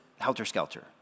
helter-skelter